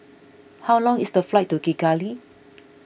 how long is the flight to Kigali